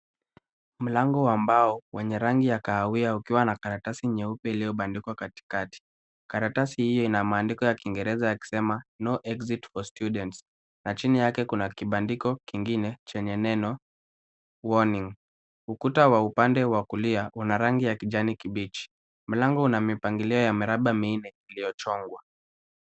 Mlango wa mbao wenye rangi ya kahawia ukiwa na karatasi nyeupe iliyobandikwa kati kati. Karatasi hiyo ina maandiko ya Kiingereza yakisema no exit for students na chini yake kuna kibandiko kingine chenye neno warning . Ukuta wa upande wa kulia una rangi ya kijani kibichi. Mlango una mpangilio wa miraba minne iliyochongwa.